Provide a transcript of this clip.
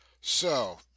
So